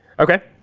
ok.